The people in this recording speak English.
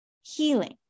healing